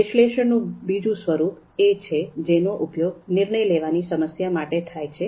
વિશ્લેષણ નું બીજું સ્વરૂપ એ છે જેનો ઉપયોગ નિર્ણય લેવાની સમસ્યા માટે થઈ છે